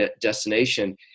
destination